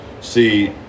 See